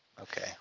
Okay